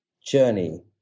Journey